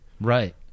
Right